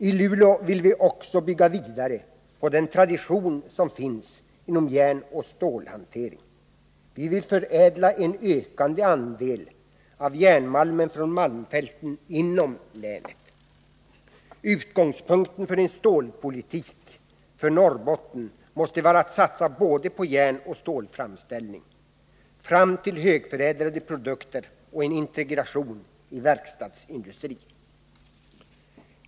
I Luleå vill vi också bygga vidare på den tradition som finns inom järnoch stålhantering. Vi vill förädla en ökande andel av järnmalmen från malmfälten inom länet. Utgångspunkten för en stålpolitik för Norrbotten måste vara att satsa på både järnoch stålframställning fram till högförädlade produkter med en integration i verkstadsindustrin.